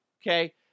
Okay